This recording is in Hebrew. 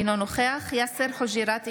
אינו נוכח יאסר חוג'יראת,